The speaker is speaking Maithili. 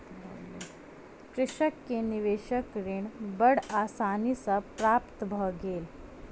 कृषक के निवेशक ऋण बड़ आसानी सॅ प्राप्त भ गेल